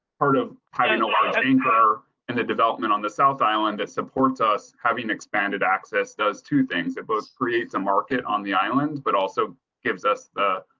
part of having kind of like i mean her in the development on the south island that supports us having expanded access does two things. it both creates a market on the island, but also gives us the.